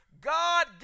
God